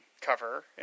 cover